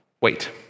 wait